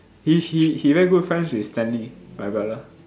he he he very good friend with Stanley my brother